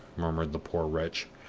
murmured the poor wretch,